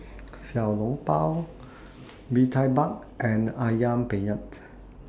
Xiao Long Bao Bee Tai Mak and Ayam Penyet